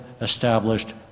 established